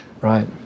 Right